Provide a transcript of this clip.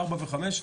4 ו-5,